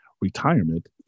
retirement